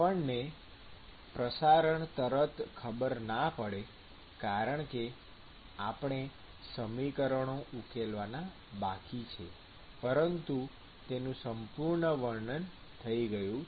આપણને પ્રસારણ તરત ખબર ના પડે કારણકે આપણે સમીકરણો ઉકેલવાના બાકી છે પરંતુ તેનું સંપૂર્ણ વર્ણન થઈ ગયું છે